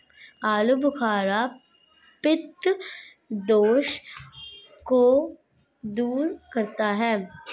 आलूबुखारा पित्त दोष को दूर करता है